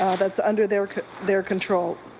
that's under their their control.